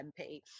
mp